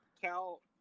Cal